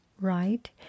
right